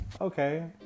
okay